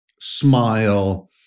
smile